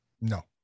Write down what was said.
No